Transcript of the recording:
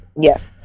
Yes